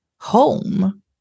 home